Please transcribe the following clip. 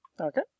Okay